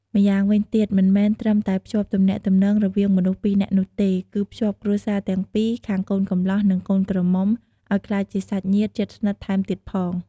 ម្យ៉ាងវិញទៀត មិនមែនត្រឹមតែភ្ជាប់ទំនាក់ទំនាងរវាងមនុស្សពីរនាក់នោះទេ គឺភ្ជាប់គ្រួសារទាំងពីរ ខាងកូនកំលោះ និងកូនក្រមុំ ឲ្យក្លាយជាសាច់ញាតិជិតស្និទ្ធថែមទៀតផង។